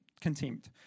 contempt